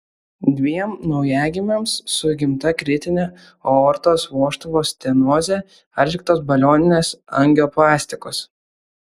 dviem naujagimiams su įgimta kritine aortos vožtuvo stenoze atliktos balioninės angioplastikos